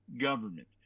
government